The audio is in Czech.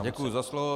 Děkuji za slovo.